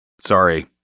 sorry